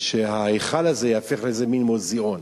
שההיכל הזה ייהפך לאיזה מין מוזיאון.